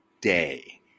day